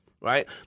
right